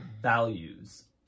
values